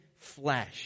flesh